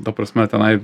ta prasme tenai